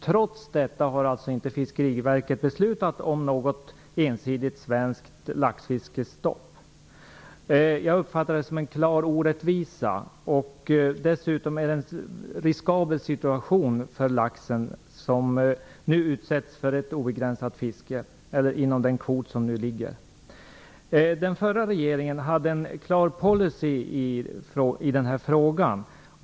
Trots detta har Fiskeriverket inte beslutat om något ensidigt svenskt laxfiskestopp. Jag uppfattar detta som en klar orättvisa. Det är dessutom en riskabel situation för laxen, som nu utsätts för ett obegränsat fiske inom den kvot som nu finns. Den förra regeringen hade en klar policy i den här frågan.